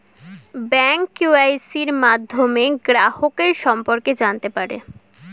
bank কেওয়াইসির মাধ্যমে গ্রাহকের সম্পর্কে জানতে পারে